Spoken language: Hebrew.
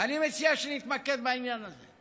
ואני מציע שנתמקד בעניין הזה.